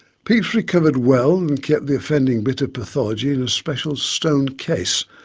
pepys recovered well and kept the offending bit of pathology in a special stone case,